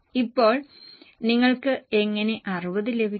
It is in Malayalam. ഇപ്പോൾ നിങ്ങൾക്ക് എങ്ങനെ 60 ലഭിക്കും